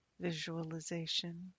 visualization